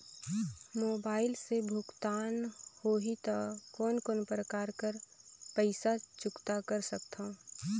Mobile से भुगतान होहि त कोन कोन प्रकार कर पईसा चुकता कर सकथव?